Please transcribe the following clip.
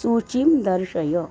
सूचीं दर्शय